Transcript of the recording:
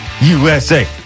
USA